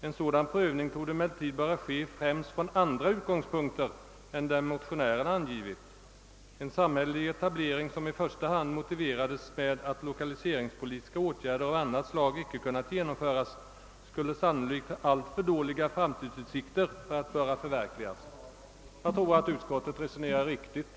En sådan prövning torde emellertid böra ske främst från andra utgångspunkter än dem motionärerna angivit. En samhällelig etablering som i första hand motiverades med att lokaliseringspolitiska åtgärder av annat slag icke kunnat genomföras skulle sannolikt ha alltför dåliga framtidsutsikter för att böra förverkligas.» Jag anser att utskottet resonerar riktigt.